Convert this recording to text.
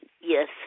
Yes